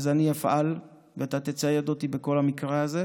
אני אפעל ואתה תצייד אותי בכל המקרה הזה,